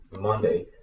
Monday